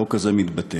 החוק הזה מתבטל.